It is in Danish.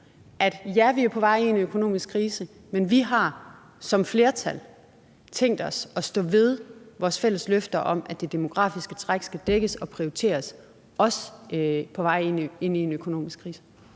at ja, vi er på vej ind i en økonomisk krise, men vi har som flertal tænkt os at stå ved vores fælles løfter om, at det demografiske træk skal dækkes og prioriteres, også på vej ind i en økonomisk krise.